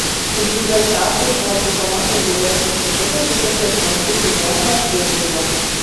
iš jų garsiausias buvo taikomosios dailės institutas įkurtas prancūzų zonoje freiburge